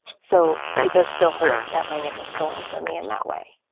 so it does still hurt that my name was stolen from me in that way.